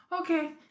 Okay